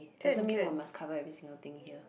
doesn't mean will must cover every single thing here